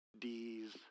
D's